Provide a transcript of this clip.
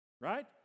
right